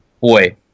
boy